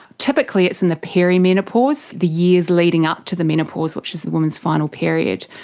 typically it's in the perimenopause, the years leading up to the menopause, which is the women's final period.